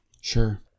Sure